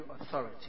authority